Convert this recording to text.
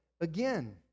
again